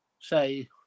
say